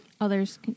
others